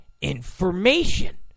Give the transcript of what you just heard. information